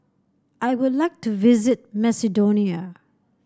I would like to visit Macedonia